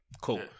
Cool